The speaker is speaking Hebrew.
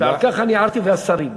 ועל כך הערתי, והשרים.